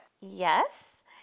yes